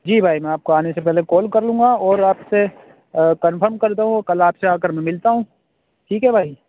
جی بھائی میں آپ کو آنے سے پہلے کال کر لوں گا اور آپ سے کنفرم کرتا یوں کل آپ سے آ کر میں ملتا ہوں ٹھیک ہے بھائی